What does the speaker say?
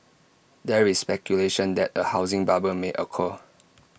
there is speculation that A housing bubble may occur